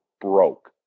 broke